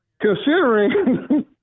considering